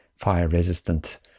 fire-resistant